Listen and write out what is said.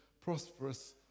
prosperous